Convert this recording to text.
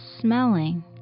smelling